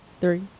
three